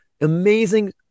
amazing